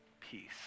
peace